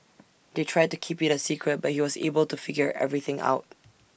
they tried to keep IT A secret but he was able to figure everything out